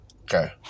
okay